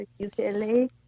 UCLA